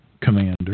Commander